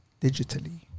Digitally